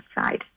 side